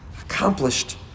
Accomplished